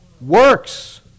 works